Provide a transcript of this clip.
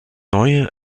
neue